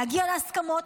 להגיע להסכמות,